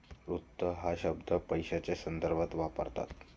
वित्त हा शब्द पैशाच्या संदर्भात वापरतात